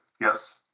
yes